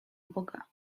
boga